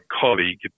colleague